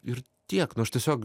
ir tiek nu aš tiesiog